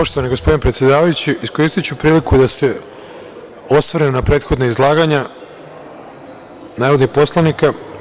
Poštovani gospodine predsedavajući, iskoristiću priliku da se osvrnem na prethodna izlaganja narodnih poslanika.